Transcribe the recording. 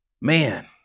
Man